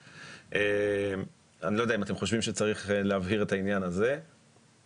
אני לא יודע אם אתם חושבים שצריך להבהיר את העניין הזה או